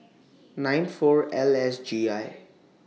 nine four L S G I